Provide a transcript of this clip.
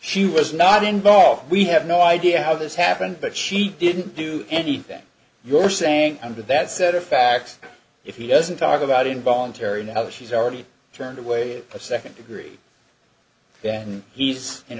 she was not involved we have no idea how this happened but she didn't do anything you're saying under that set of facts if he doesn't talk about involuntary now she's already turned away in a second degree he's in